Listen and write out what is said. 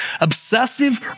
obsessive